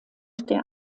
der